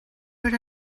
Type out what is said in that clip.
what